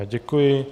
Děkuji.